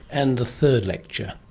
and the third lecture?